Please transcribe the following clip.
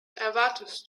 erwartest